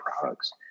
products